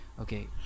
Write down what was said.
Okay